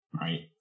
right